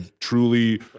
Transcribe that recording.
truly